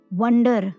wonder